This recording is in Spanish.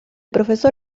profesor